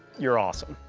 you're awesome.